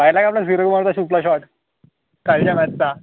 पाहिला का आपल्या सूर्यकुमारचा सुपरशॉट कालच्या मॅचचा